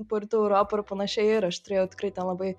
po rytų europą ir panašiai ir aš turėjau tikrai ten labai